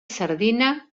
sardina